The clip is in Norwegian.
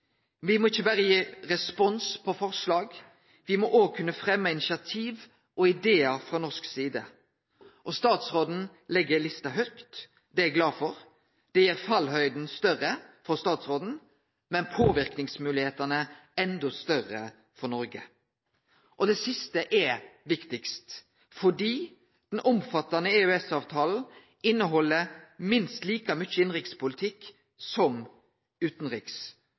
må ikkje berre gi respons på forslag, vi må òg kunne fremje initiativ og idear frå norsk side. Statsråden legg lista høgt. Det er eg glad for. Det gjer fallhøgda større for statsråden, men påverknadsmoglegheitene endå større for Noreg. Det siste er viktigast, fordi den omfattande EØS-avtalen inneheld minst like mykje innanrikspolitikk som